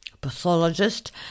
pathologist